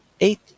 eight